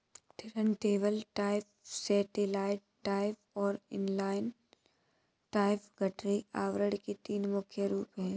turntable type, satellite type और inline type गठरी आवरण के तीन मुख्य रूप है